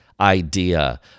idea